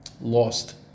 lost